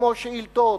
כמו שאילתות,